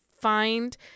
find